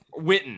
Witten